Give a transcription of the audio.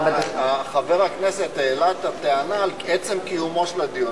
חבר הכנסת העלה את הטענה על עצם קיומו של הדיון.